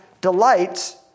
delights